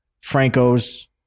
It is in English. Franco's